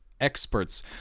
experts